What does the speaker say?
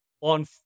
on